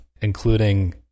including